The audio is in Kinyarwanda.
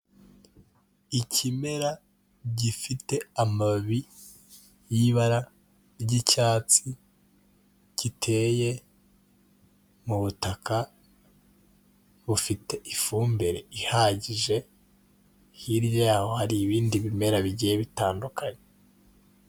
Ikimera gifite amababi y'ibara ry'icyatsi giteye mu butaka bufite ifumbire ihagije, hirya yaho hari ibindi bimera bigiye bitandukanye.